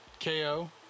KO